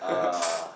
uh